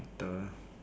the